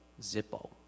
Zippo